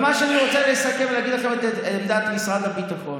אני רוצה לסכם ולהגיד לכם את עמדת משרד הביטחון.